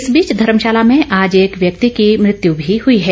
इस बीच धर्मशाला में आज एक व्यक्ति की मृत्यू भी हुई है